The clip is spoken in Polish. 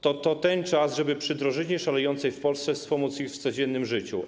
To ten czas, żeby przy drożyźnie szalejącej w Polsce wspomóc ich w codziennym życiu.